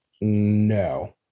No